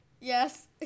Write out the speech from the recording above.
Yes